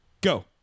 Go